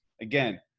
again